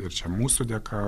ir čia mūsų dėka